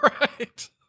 Right